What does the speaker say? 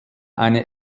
eine